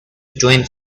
twin